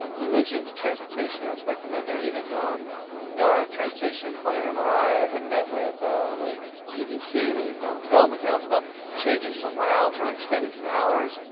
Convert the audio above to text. you mentioned the transportation aspect. and i know even um yeah our transportation planner, mariah had met with the edc, the economic development council, about changing some routes or extending some hours.